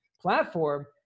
platform